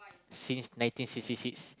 since nineteen sixty six